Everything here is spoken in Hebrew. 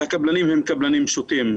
והקבלנים הם קבלנים פשוטים.